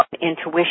intuition